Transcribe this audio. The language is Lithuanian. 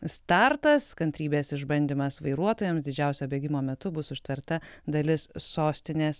startas kantrybės išbandymas vairuotojams didžiausio bėgimo metu bus užtverta dalis sostinės